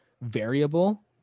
variable